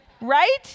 Right